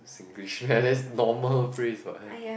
Singlish but that's normal phrase what